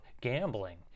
gambling